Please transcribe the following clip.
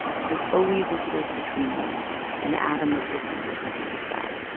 there's always a space between you an atom of distance or something like that.